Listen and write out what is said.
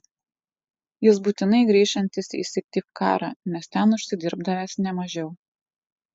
jis būtinai grįšiantis į syktyvkarą nes ten užsidirbdavęs ne mažiau